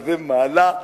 וזו מעלה,